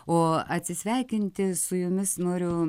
o atsisveikinti su jumis noriu